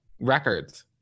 records